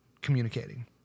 communicating